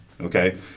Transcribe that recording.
Okay